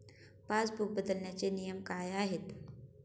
Passbook बदलण्याचे नियम काय आहेत?